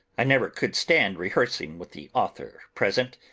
i never could stand rehearsing with the author present.